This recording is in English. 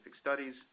studies